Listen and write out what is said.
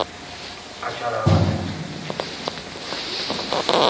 अच्छा लगदा असेंई